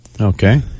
Okay